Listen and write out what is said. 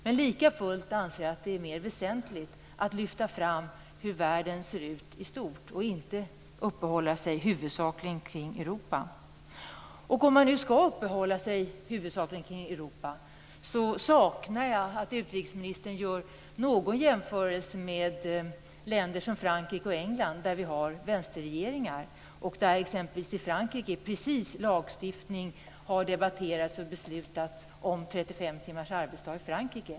Men likafullt anser jag att det är mer väsentligt att lyfta fram hur världen ser ut i stort och inte uppehålla sig huvudsakligen vid Europa. Om man nu skall uppehålla sig huvudsakligen vid Europa saknar jag en jämförelse från utrikesministern med länder som Frankrike och England, där vi har vänsterregeringar. I Frankrike har det t.ex. precis debatterats och lagstiftats om 35 timmars arbetsdag.